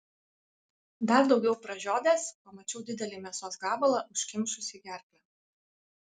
dar daugiau pražiodęs pamačiau didelį mėsos gabalą užkimšusį gerklę